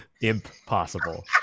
Impossible